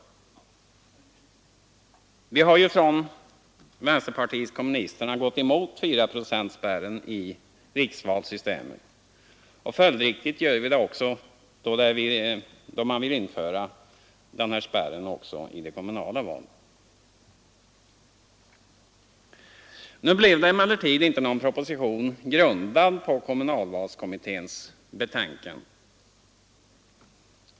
Vi har ju från vpk gått emot fyraprocentsspärren i riksvalssystemet, och följdriktigt gör vi det också då man vill överföra denna spärr även till de kommunala valen. Det blev emellertid inte någon proposition grundad på kommunalvalskommitténs betänkande.